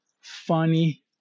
funny